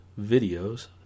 videos